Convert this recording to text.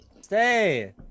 Stay